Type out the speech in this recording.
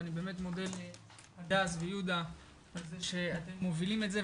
ואני באמת מודה להדס וליהודה על זה שאתם מובילים את זה.